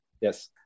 Yes